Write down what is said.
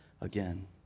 again